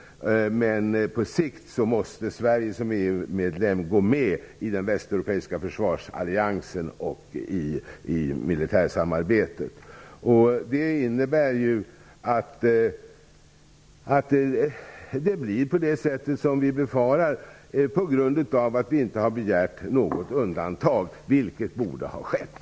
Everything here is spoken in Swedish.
På sikt måste Sverige som EU-medlem gå med i den västeuropeiska försvarsalliansen och i militärsamarbetet. Det innebär att det blir så som vi befarar på grund av att vi inte begärt något undantag, vilket borde ha skett.